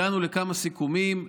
הגענו לכמה סיכומים,